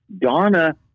Donna